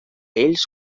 ells